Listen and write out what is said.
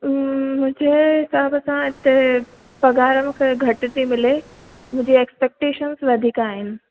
मुंहिंजे हिसाब सां हिते पघारु मूंखे घटि थी मिले मुंहिंजी एक्सपेक्टेशन वधीक आहिनि